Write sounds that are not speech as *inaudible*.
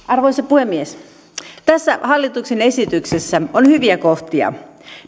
*unintelligible* arvoisa puhemies tässä hallituksen esityksessä on hyviä kohtia